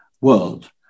world